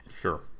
Sure